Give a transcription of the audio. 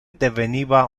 deveniva